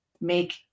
make